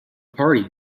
party